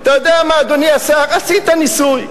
אתה יודע מה, אדוני השר, עשית ניסוי.